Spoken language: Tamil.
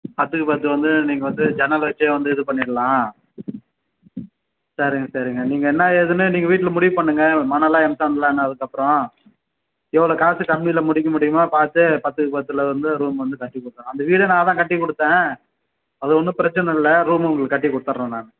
பத்துக்கு பத்து வந்து நீங்கள் வந்து ஜன்னல் வச்சு வந்து இது பண்ணிடலாம் சரிங்க சரிங்க நீங்கள் என்ன ஏதுன்னு நீங்கள் வீட்டில் முடிவு பண்ணுங்க மணலா எம்சேண்டலானு அதுக்கப்புறம் எவ்வளோ காசு கம்மியில் முடிக்க முடியுமோ பார்த்து பத்துக்கு பத்தில் வந்து ரூம் வந்து கட்டி கொடுத்தடுலாம் அந்த வீடு நான் தான் கட்டி கொடுத்தேன் அது ஒன்றும் பிரச்சனை இல்லை ரூம் உங்களுக்கு கட்டி கொடுத்தடுறேன் நான்